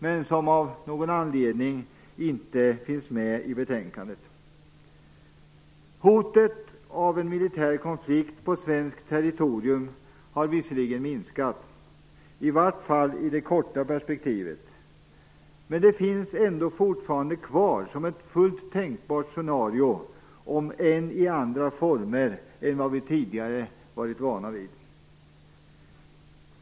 Men det finns av någon anledning inte med i betänkandet. Hotet av en militär konflikt på svenskt territorium har visserligen minskat. I vart fall i det korta perspektivet. Men det finns ändå fortfarande kvar som ett fullt tänkbart scenario, om än i andra former än vi tidigare varit vana vid.